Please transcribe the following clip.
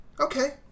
Okay